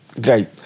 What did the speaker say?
Great